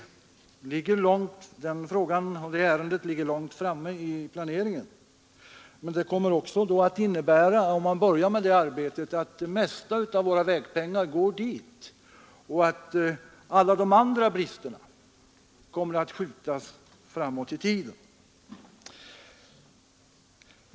Det ärendet ligger långt framme i planeringen men om man börjar med det arbetet kommer det också att innebära att det mesta av våra vägpengar går dit och att avhjälpandet av alla de andra bristerna kommer att skjutas framåt i tiden.